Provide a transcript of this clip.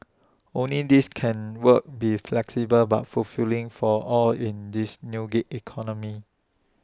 only this can work be flexible but fulfilling for all in this new gig economy